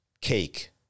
cake